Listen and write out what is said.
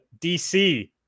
DC